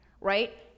right